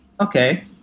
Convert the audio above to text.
okay